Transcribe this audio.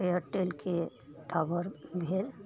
एयरटेलके tower भेल